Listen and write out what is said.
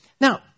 Now